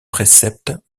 préceptes